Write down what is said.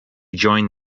joined